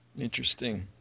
Interesting